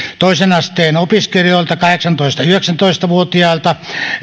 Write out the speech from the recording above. toisen asteen opiskelijoilla kahdeksantoista viiva yhdeksäntoista vuotiailla